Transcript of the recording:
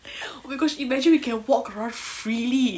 oh my gosh imagine we can walk around freely